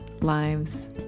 lives